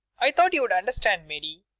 i thought you would understand, mary.